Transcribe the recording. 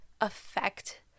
affect